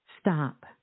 stop